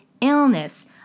illness